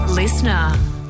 listener